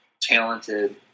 talented